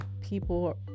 people